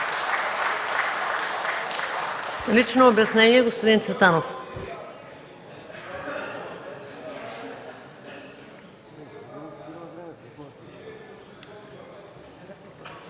Лично обяснение – господин Цветанов.